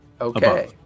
Okay